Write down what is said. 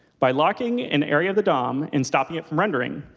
by locking an area of the dom and stopping it from rendering,